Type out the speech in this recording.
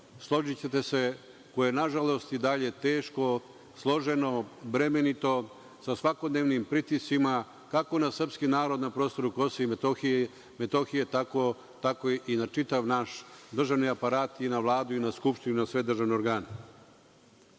složićete se, koje je nažalost i dalje teško, složeno, bremenito, sa svakodnevnim pritiscima, kako na srpski narod na prostoru KiM, tako i za čitav naš državni aparat, na Vladu, na Skupštinu, na sve državne organe. Moram